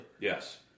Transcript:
Yes